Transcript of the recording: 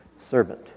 servant